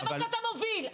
זה מה שאתה מוביל.